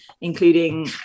including